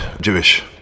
Jewish